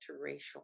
interracial